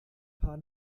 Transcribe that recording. paar